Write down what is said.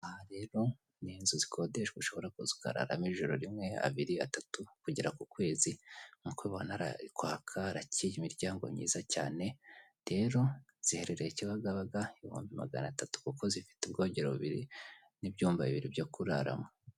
Aha rero ni inzu zikodeshwa zishobora kuzugararamo ijoro rimwe abiri, atatu, kugera ku kwezi. Nk'uko ubibona hari kwaka harakeye imiryango myiza cyane, rero ziherereye Kibagabaga ibihumbi magana atatu kuko zifite ubwogero bubiri n'ibyumba bibiri byo kuraramo.